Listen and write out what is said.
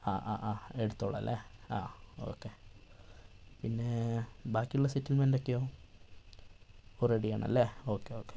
ആ ആ ആ എടുത്തോളും അല്ലെ ആ ഓക്കേ പിന്നേ ബാക്കിയുള്ള സെറ്റിൽമെൻ്റ് ഒക്കെയോ ഓ റെഡി ആണല്ലേ ഓക്കേ ഓക്കേ